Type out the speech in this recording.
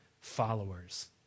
followers